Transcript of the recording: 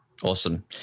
Awesome